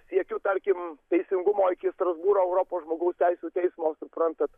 siekiu tarkim teisingumo iki strasbūro europos žmogaus teisių teismo suprantat